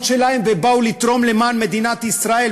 שלהם ובאו לתרום למען מדינת ישראל,